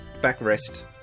backrest